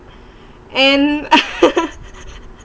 and